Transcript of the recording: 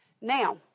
Now